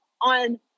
on